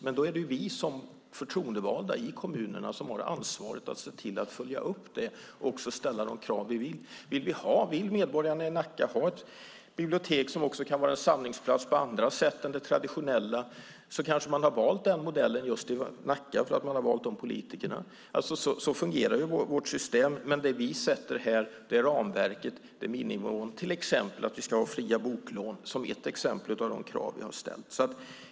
Men då är det vi förtroendevalda i kommunerna som har ansvaret att se till att följa upp det och ställa de krav vi vill. Vill medborgarna i Nacka ha ett bibliotek som också kan vara en samlingsplats på andra sätt än de traditionella kanske man har valt den modellen just i Nacka för att man har valt de politikerna. Så fungerar vårt system. Men det vi sätter här är ramverket, miniminivån, till exempel att vi ska ha fria boklån, som är ett av de krav vi har ställt.